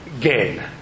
gain